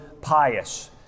pious